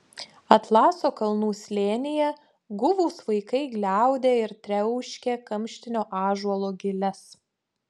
atlaso kalnų slėnyje guvūs vaikai gliaudė ir triauškė kamštinio ąžuolo giles